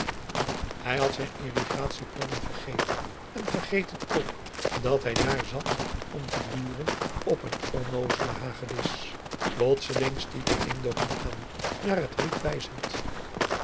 hij had zijn irrigatieplannen vergeten en vergeten ook dat hij daar zat om te loeren op een onnoozele hagedis augusta de wit orpheus in de dessa plotseling stiet de indo hem aan naar het riet